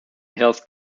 health